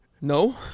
No